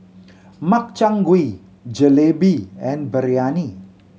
Makchang Gui Jalebi and Biryani